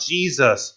Jesus